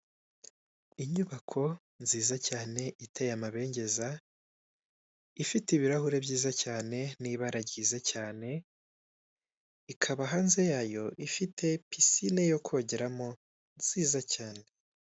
Inyubako nziza cyane iteye amabengeza ifite ibirahure byiza cyane nibara ryiza cyane ikaba hanze yayo ifite pisine yo kogeramo nziza cyane.